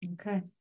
Okay